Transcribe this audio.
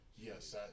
Yes